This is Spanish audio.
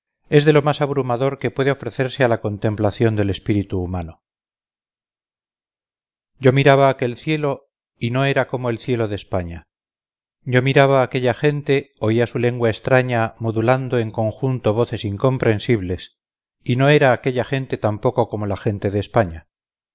es de lo más abrumador que puede ofrecerse a la contemplación del espíritu humano yo miraba aquel cielo y no era como el cielo de españa yo miraba a aquella gente oía su lengua extraña modulando en conjunto voces incomprensibles y no era aquella gente tampoco como la gente de españa